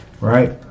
Right